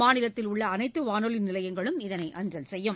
மாநிலத்தில் உள்ளஅனைத்துவானொலிநிலையங்களும் இதனை அஞ்சல் செய்யும்